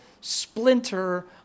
splinter